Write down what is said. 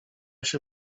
się